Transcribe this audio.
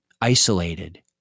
isolated